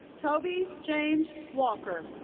tobey james walker.